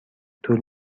طول